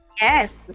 yes